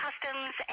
customs